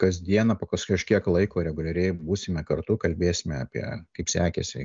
kas dieną po kas kažkiek laiko reguliariai būsime kartu kalbėsime apie kaip sekėsi